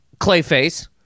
Clayface